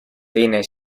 teine